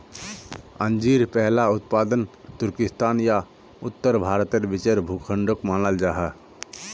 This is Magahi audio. अंजीर पहला उत्पादन तुर्किस्तान या उत्तर भारतेर बीचेर भूखंडोक मानाल जाहा